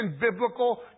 biblical